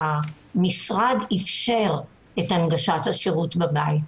המשרד אפשר את הנגשת השירות בבית.